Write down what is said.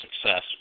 success